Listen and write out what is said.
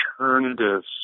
alternatives